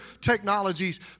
technologies